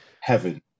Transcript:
heaven